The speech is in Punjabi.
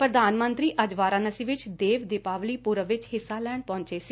ਪ੍ਰਧਾਨ ਮੰਤਰੀ ਅੱਜ ਵਾਰਾਨਸੀ ਵਿਚ ਦੇਵ ਦੀਪਾਵਲੀ ਪੁਰਬ ਵਿਚ ਹਿੱਸਾ ਲੈਣ ਪਹੁੰਚੇ ਸੀ